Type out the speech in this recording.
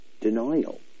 denial